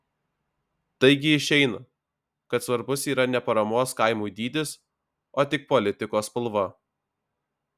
taigi išeina kad svarbus yra ne paramos kaimui dydis o tik politikos spalva